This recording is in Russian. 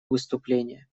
выступление